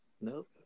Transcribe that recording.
Nope